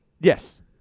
Yes